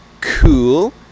cool